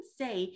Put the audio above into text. say